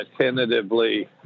tentatively